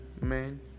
man